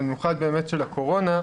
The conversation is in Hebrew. במיוחד של הקורונה,